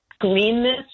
greenness